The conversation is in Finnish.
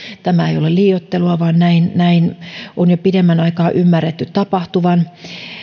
tämä liioittelua vaan näin näin on jo pidemmän aikaa ymmärretty tapahtuvan